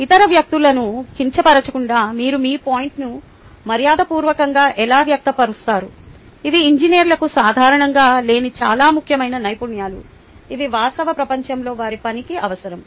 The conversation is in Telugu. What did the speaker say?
ఇతర వ్యక్తులను కించపరచకుండా మీరు మీ పాయింట్ను మర్యాదపూర్వకంగా ఎలా వ్యక్తపరుస్తారు ఇవి ఇంజనీర్లకు సాధారణంగా లేని చాలా ముఖ్యమైన నైపుణ్యాలు ఇవి వాస్తవ ప్రపంచంలో వారి పనికి అవసరం